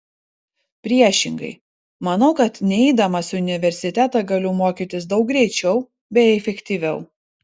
priešingai manau kad neidamas į universitetą galiu mokytis daug greičiau bei efektyviau